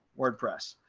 wordpress,